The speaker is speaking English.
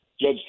judge